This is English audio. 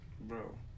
Bro